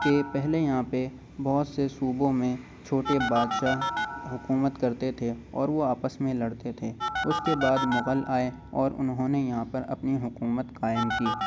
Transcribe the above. کہ پہلے یہاں پہ بہت سے صوبوں میں چھوٹے بادشاہ حکومت کرتے تھے اور وہ آپس میں لڑتے تھے اس کے بعد مغل آئے اور انہوں نے یہاں پر اپنی حکومت قائم کی